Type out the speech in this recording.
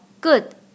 good